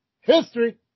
history